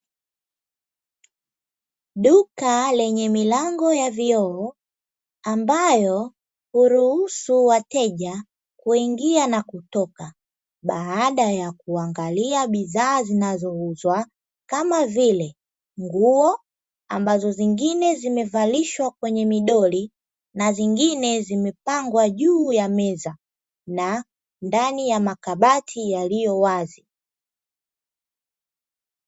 Duka lenye milango ya vioo ambayo huruhusu wateja kuingia na kutoka baada ya kuangalia bidhaa zinazo uzwa kama vile nguo, ambazo zingine zimevalishwa kwenye midoli na zingine zimepangwa juu ya meza na ndani ya makabati yaliyo wazi.